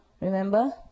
remember